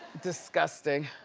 disgusting,